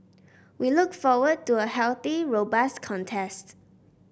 we look forward to a healthy robust contest